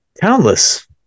countless